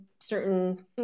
certain